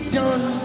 done